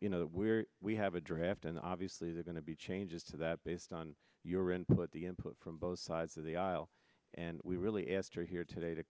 you know we have a draft and obviously they're going to be changes to that based on your input the input from both sides of the aisle and we really esther here today to